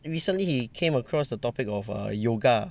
recently he came across the topic of err yoga